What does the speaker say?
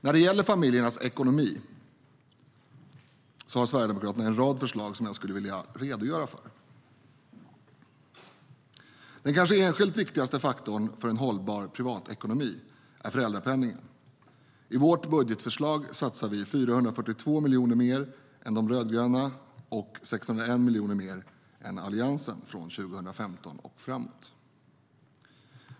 När det gäller familjernas ekonomi har Sverigedemokraterna en rad förslag som jag skulle vilja redogöra för. Den kanske enskilt viktigaste faktorn för en hållbar privatekonomi är föräldrapenningen. I vårt budgetförslag satsar vi 442 miljoner mer än de rödgröna och 601 miljoner mer än Alliansen från 2015 och framåt.